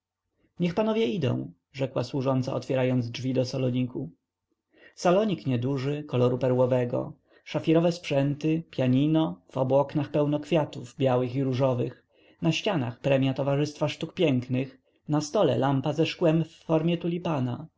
nich panowie idą rzekła służąca otwierając drzwi do saloniku salonik nieduży koloru perłowego szafirowe sprzęty pianino w obu oknach pełno kwiatów białych i różowych na ścianach premia towarzystwa sztuk pięknych na stole lampa ze szkłem w formie tulipana po